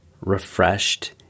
refreshed